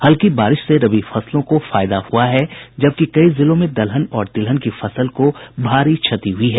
हल्की बारिश से रबी फसलों को फायदा पहुंचा है जबकि कई जिलों में दलहन और तिलहन की फसल को भारी क्षति हुयी है